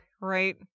Right